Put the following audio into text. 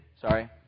sorry